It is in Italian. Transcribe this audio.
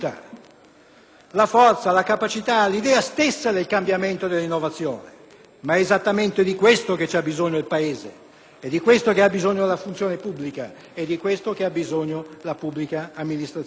la forza, la capacità, l'idea stessa del cambiamento e dell'innovazione, ma è esattamente di questo che ha bisogno il Paese e la funzione pubblica: è di questo che ha bisogno la pubblica amministrazione.